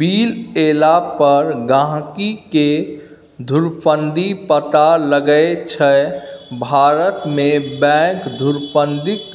bill एला पर गहिंकीकेँ धुरफंदी पता लगै छै भारतमे बैंक धुरफंदीक